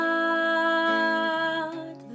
God